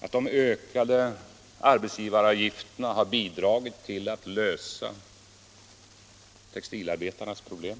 att de ökade arbetsgivaravgifterna har bidragit till att lösa textilarbetarnas problem?